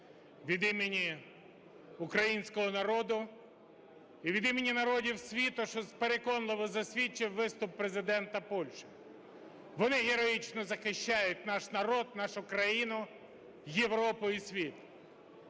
від імені українського народу і від імені народів світу, що переконливо засвідчив виступ Президента Польщі. Вони героїчно захищають наш народ, нашу країну, Європу і світ.